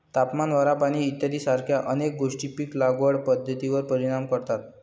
तापमान, वारा, पाणी इत्यादीसारख्या अनेक गोष्टी पीक लागवड पद्धतीवर परिणाम करतात